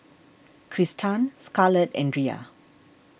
Kristan Scarlett and Riya